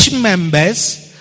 members